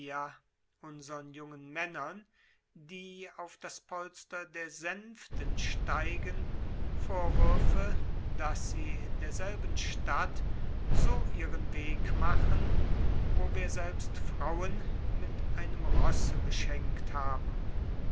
unsern jungen männern die auf das polster steigen vorwürfe daß sie in derselben stadt so ihren weg machen wo wir selbst frauen mit einem rosse beschenkt haben